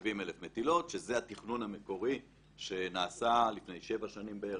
מטילות שזה התכנון המקורי שנעשה לפני שבע שנים בערך.